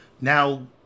now